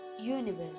universe